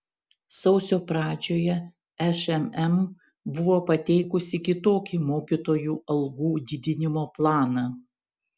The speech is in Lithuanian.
sausio pradžioje šmm buvo pateikusi kitokį mokytojų algų didinimo planą